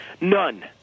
None